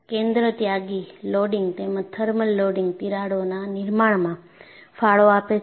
કેન્દ્રત્યાગી loading તેમજ thermal loading તિરાડોના નિર્માણમાં ફાળો આપે છે